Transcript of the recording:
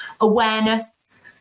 awareness